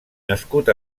nascut